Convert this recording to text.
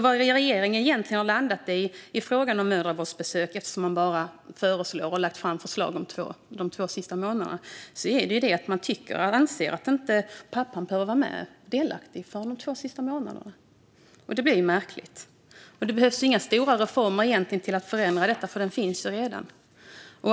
Vad regeringen landat i när det gäller mödravårdsbesök, eftersom man bara lagt förslag om de två sista månaderna, är att man tycker att pappan inte behöver vara delaktig förrän de två sista månaderna. Det blir ju märkligt. Det behövs egentligen inga stora reformer för att förändra detta, för det finns redan.